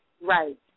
Right